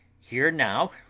here now,